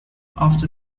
after